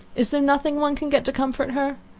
is there nothing one can get to comfort her?